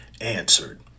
answered